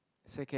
second